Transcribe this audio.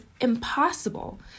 impossible